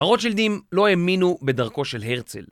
הרוטשילדים לא האמינו בדרכו של הרצל